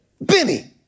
Benny